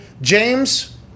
James